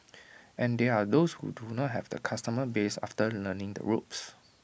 and there are those who do not have the customer base after learning the ropes